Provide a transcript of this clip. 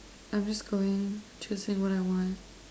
I'm just going to say what I want